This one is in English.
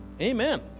Amen